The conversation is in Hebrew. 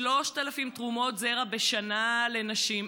3,000 תרומות זרע בשנה לנשים,